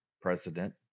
President